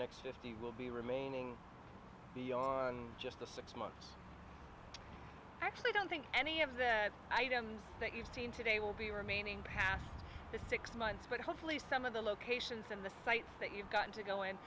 next fifty will be remaining beyond just the six months i actually don't think any of the items that you've seen today will be remaining past the six months but hopefully some of the locations and the sites that you've got to go and